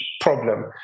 problem